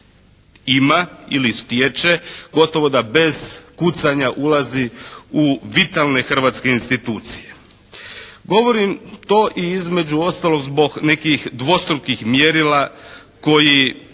ima ili stječe. Gotovo da bez kucanja ulazi u vitalne hrvatske institucije. Govorim to i između ostalog zbog nekih dvostrukih mjerila koji